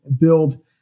build